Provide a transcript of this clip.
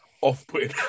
off-putting